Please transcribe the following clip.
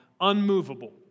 unmovable